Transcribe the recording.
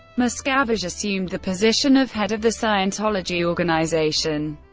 miscavige assumed the position of head of the scientology organization.